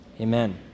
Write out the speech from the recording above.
Amen